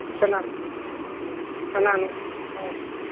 ꯀꯅꯥ ꯀꯅꯥꯅꯣ ꯑꯧ